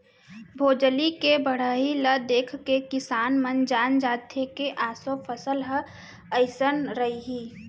भोजली के बड़हई ल देखके किसान मन जान जाथे के ऑसो फसल ह अइसन रइहि